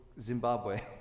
Zimbabwe